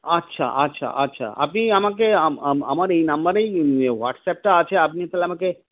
আচ্ছা আচ্ছা আচ্ছা আপনি আমাকে আম আম আমার এই নাম্বারেই হোয়াটসঅ্যাপটা আছে আপনি তাহলে আমাকে